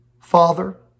Father